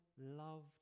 loved